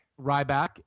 Ryback